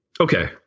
Okay